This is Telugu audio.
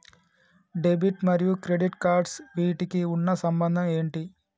డెబిట్ మరియు క్రెడిట్ కార్డ్స్ వీటికి ఉన్న సంబంధం ఏంటి?